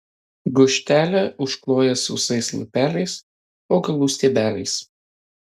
gūžtelę iškloja sausais lapeliais augalų stiebeliais